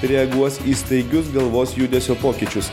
reaguos į staigius galvos judesio pokyčius